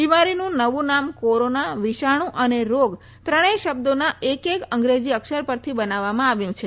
બિમારીનું નવુ નામ કોરોના વિષાણુ અને રોગ ત્રણેય શબ્દોના એક એક અંગ્રેજી અક્ષર પરથી બનાવવામાં આવ્યું છે